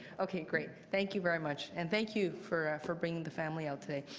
okay. great. thank you very much. and thank you for for bringing the family out today.